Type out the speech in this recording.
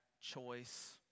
choice